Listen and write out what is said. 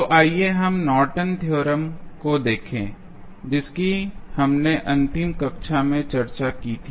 तो आइए हम नॉर्टन थ्योरम Nortons Theorem को देखें जिसकी हमने अंतिम कक्षा में चर्चा की थी